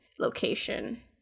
location